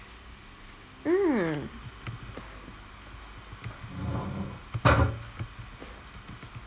mm